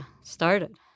started